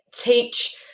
teach